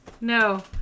No